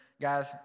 Guys